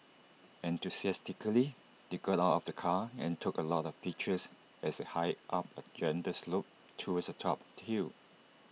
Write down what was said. enthusiastically they got out of the car and took A lot of pictures as they hiked up A gentle slope towards the top of hill